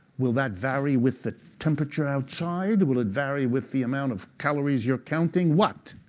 will that vary with the temperature outside? will it vary with the amount of calories you're counting? what?